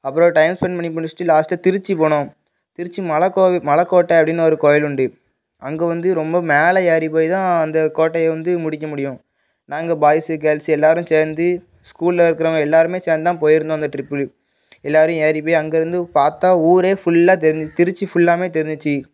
அப்புறம் time spent பண்ணி முடிச்சுட்டு லாஸ்ட்டு திருச்சி போனோம் திருச்சி மலைக் மலைக்கோட்ட அப்படினு ஒரு கோவில் உண்டு அங்கே வந்து ரொம்ப மேலே ஏறி போய் தான் அந்த கோட்டைய வந்து முடிக்க முடியும் நாங்கள் பாய்ஸு கேர்ள்ஸு எல்லோரும் சேர்ந்து ஸ்கூலில் இருக்கிறவங்க எல்லோருமே சேர்ந்து தான் போய்ருந்தோம் அந்த ட்ரிப்பு எல்லாரையும் ஏறிப்போய் அங்கே இருந்து பார்த்தா ஊரே ஃபுல்லாக தெரிஞ்சுச்சு திருச்சி ஃபுல்லாமே தெரிஞ்சுச்சு